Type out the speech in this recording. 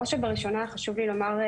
בראש ובראשונה חשוב לי לומר,